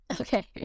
Okay